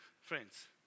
friends